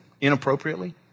inappropriately